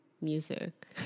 music